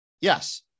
Yes